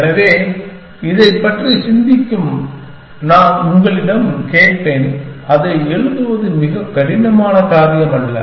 எனவே இதைப் பற்றி சிந்திக்கும்படி நான் உங்களிடம் கேட்பேன் அதை எழுதுவது மிகவும் கடினமான காரியம் அல்ல